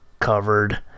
covered